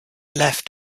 left